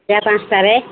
ସନ୍ଧ୍ୟା ପାଞ୍ଚଟାରେ